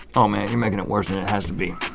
oh man, you're making it worse than it has to be.